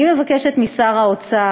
אני מבקשת משר האוצר,